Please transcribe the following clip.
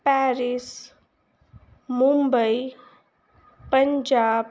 Paris Mumbai Punjab